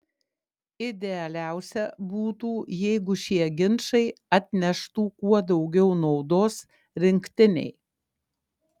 idealiausia būtų jeigu šie ginčai atneštų kuo daugiau naudos rinktinei